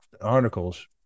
articles